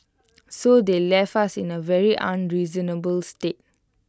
so they left us in A very unreasonable state